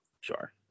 Sure